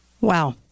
Wow